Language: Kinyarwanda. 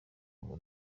ngo